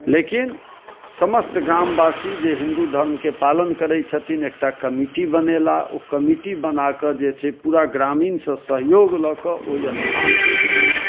लेकिन समस्त ग्रामवासी जे हिन्दू धर्मके पालन करै छथिन एकटा कमिटी बनेला ओ कमिटी बनाके जे छै पूरा ग्रामीणसँ सहयोग लऽके ओहि स्थानके जीर्णोद्धार कयलथि